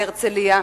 בהרצלייה,